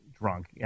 drunk